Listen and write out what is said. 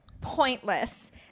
pointless